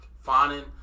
finding